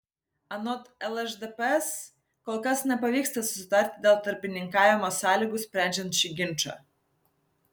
anot lšdps kol kas nepavyksta susitarti dėl tarpininkavimo sąlygų sprendžiant šį ginčą